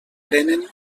prenen